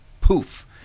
poof